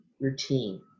routine